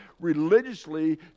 religiously